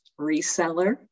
reseller